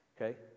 okay